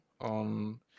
on